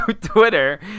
Twitter